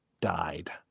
died